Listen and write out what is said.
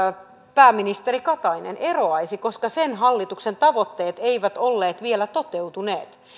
pääministeri katainen eroaisi koska sen hallituksen tavoitteet eivät olleet vielä toteutuneet